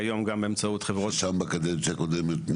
כיום גם באמצעות חברות --- שם בקדנציה הקודמת,